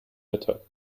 better